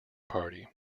party